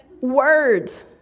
words